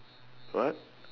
what